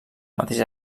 mateix